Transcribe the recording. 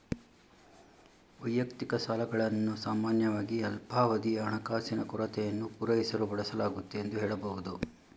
ವೈಯಕ್ತಿಕ ಸಾಲಗಳನ್ನು ಸಾಮಾನ್ಯವಾಗಿ ಅಲ್ಪಾವಧಿಯ ಹಣಕಾಸಿನ ಕೊರತೆಯನ್ನು ಪೂರೈಸಲು ಬಳಸಲಾಗುತ್ತೆ ಎಂದು ಹೇಳಬಹುದು